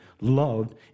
loved